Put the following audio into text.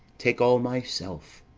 take all myself.